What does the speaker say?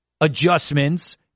adjustments